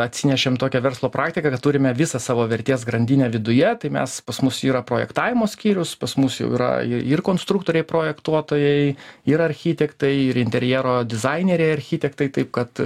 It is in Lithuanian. atsinešėm tokią verslo praktiką kad turime visą savo vertės grandinę viduje tai mes pas mus yra projektavimo skyrius pas mus jau yra ir konstruktoriai projektuotojai ir architektai ir interjero dizainerė architektai taip kad